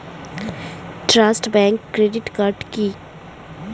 Trust bank credit card কি?